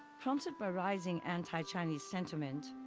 prompted by rising anti-chinese sen ment,